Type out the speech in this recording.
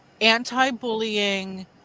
anti-bullying